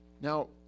Now